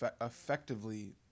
effectively